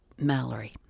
Mallory